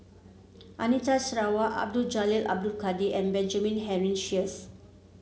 Anita Sarawak Abdul Jalil Abdul Kadir and Benjamin Henry Sheares